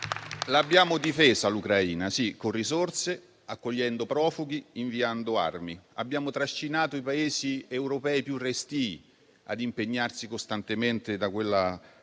Abbiamo difeso l'Ucraina con risorse, accogliendo profughi, inviando armi. Abbiamo trascinato i Paesi europei più restii a impegnarsi costantemente da quella